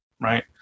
right